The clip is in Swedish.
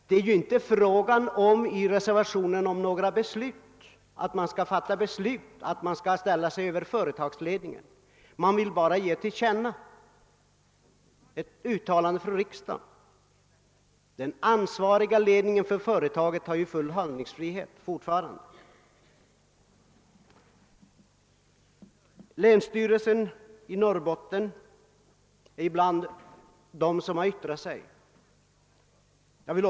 Det är inte i reservationen fråga om att sätta sig över företagsledningen och fatta beslut, utan reservanterna vill bara att riksdagen genom ett uttalande i frågan ger till känna sin mening. Den ansvariga företagsledningen har fortfarande full handlingsfrihet. Länsstyrelsen i Norrbotten är en av dem som har yttrat sig i frågan.